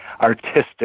artistic